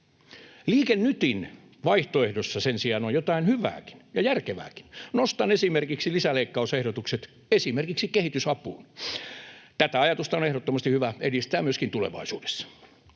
Liike Nytin vaihtoehdossa sen sijaan on jotain hyvääkin ja järkevääkin. Nostan esimerkiksi lisäleikkausehdotukset esimerkiksi kehitysapuun. Tätä ajatusta on ehdottomasti hyvä edistää myöskin tulevaisuudessa.